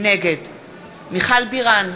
נגד מיכל בירן,